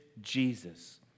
Jesus